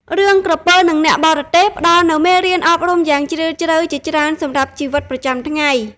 រឿង "ក្រពើនឹងអ្នកបរទេះ" ផ្តល់នូវមេរៀនអប់រំយ៉ាងជ្រាលជ្រៅជាច្រើនសម្រាប់ជីវិតប្រចាំថ្ងៃ។